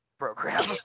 program